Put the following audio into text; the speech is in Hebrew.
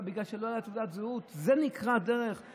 בגלל שלא הייתה לה תעודת זהות? שיטה כזאת,